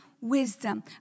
wisdom